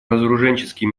разоруженческий